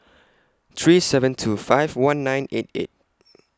three seven two five one nine eight eight